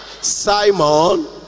Simon